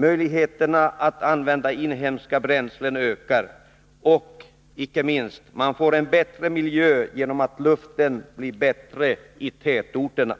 Möjligheterna att använda inhemska bränslen ökar, och man får icke minst en bättre miljö genom att luften blir bättre i tätorterna.